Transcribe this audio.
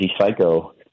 psycho